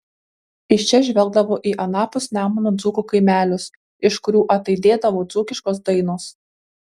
iš čia žvelgdavo į anapus nemuno dzūkų kaimelius iš kurių ataidėdavo dzūkiškos dainos